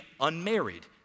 unmarried